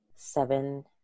Seven